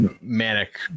manic